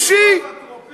מיגון אישי, מיגון אישי.